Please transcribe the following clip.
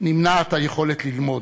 נמנעת היכולת ללמוד,